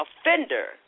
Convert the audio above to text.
offender